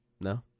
No